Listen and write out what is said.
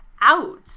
Out